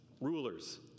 rulers